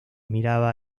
miraba